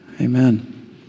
Amen